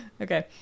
Okay